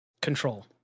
Control